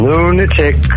Lunatic